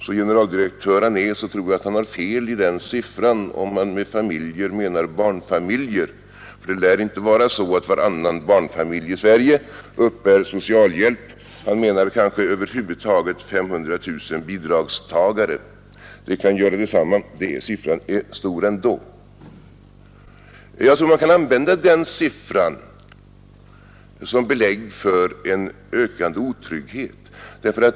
Så generaldirektör han är, tror jag att han har fel i den siffran, om han med familjer menar barnfamiljer. Det lär inte vara så att varannan barnfamilj i Sverige uppbär socialhjälp. Han menar kanske att det över huvud taget finns 500 000 bidragstagare. Det kan göra detsamma. Siffran är stor ändå. Jag tror att man kan använda den siffran som belägg för en ökande otrygghet.